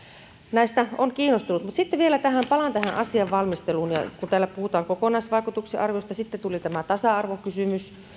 näistä on kiinnostunut mutta sitten vielä palaan tähän asian valmisteluun kun täällä puhutaan kokonaisvaikutusten arvioinnista sitten tulivat tasa arvokysymys